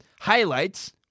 highlights